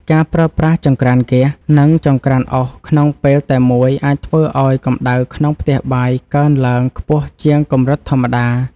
ការប្រើប្រាស់ចង្ក្រានហ្គាស និងចង្ក្រានអុសក្នុងពេលតែមួយអាចធ្វើឱ្យកម្តៅក្នុងផ្ទះបាយកើនឡើងខ្ពស់ជាងកម្រិតធម្មតា។